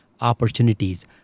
opportunities